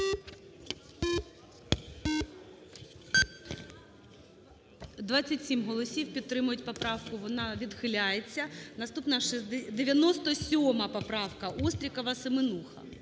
27 голосів підтримують поправку. Вона відхиляється. Наступна 97 поправка, Острікова-Семенуха.